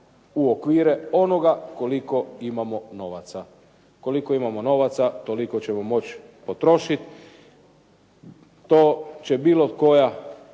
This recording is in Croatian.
u okvire onoga koliko imamo novaca. Koliko imamo novaca, toliko ćemo moći potrošiti. To će bilo koja